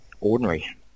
ordinary